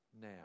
now